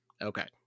Okay